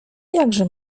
jakże